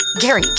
Gary